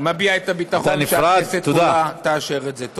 ומביע את הביטחון שהכנסת כולה תאשר את זה.